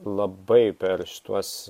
labai per šituos